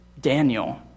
Daniel